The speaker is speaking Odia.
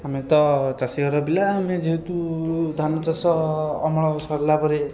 ଆମେ ତ ଚାଷୀଘର ପିଲା ଆମେ ଯେହେତୁ ଧାନ ଚାଷ ଅମଳ ସରିଲାପରେ